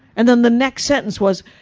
and then the next sentence was,